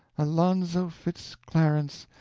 alonzo fitz clarence,